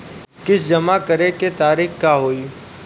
किस्त जमा करे के तारीख का होई?